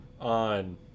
on